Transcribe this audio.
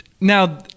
now